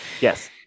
Yes